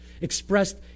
expressed